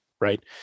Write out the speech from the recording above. right